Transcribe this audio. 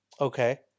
Okay